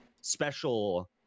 special